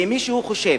ואם מישהו חושב